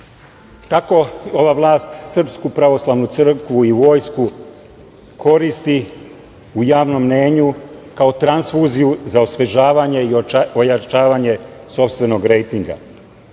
Tako ova vlast SPC i vojsku koristi u javnom mnjenju kao transfuziju za osvežavanje i ojačavanje sopstvenog rejtinga.